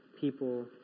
people